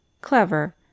Clever